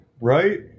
Right